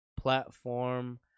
platform